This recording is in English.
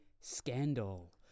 scandal